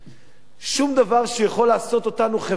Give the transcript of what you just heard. דבר שיכול לעשות אותנו חברה יותר טובה.